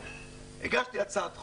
הגשתי הצעת חוק,